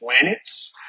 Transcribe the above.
planets